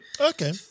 Okay